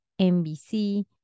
NBC